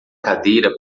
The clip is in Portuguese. cadeira